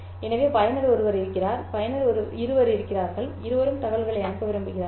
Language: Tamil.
எனவே பயனர் ஒருவர் இருக்கிறார் பயனர் இருவர் இருக்கிறார்கள் இருவரும் தகவல்களை அனுப்ப விரும்புகிறார்கள்